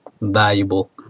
valuable